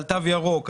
תו ירוק,